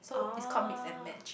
oh